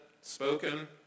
spoken